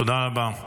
תודה רבה.